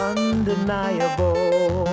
Undeniable